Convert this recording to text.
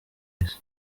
y’isi